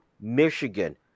Michigan